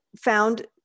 found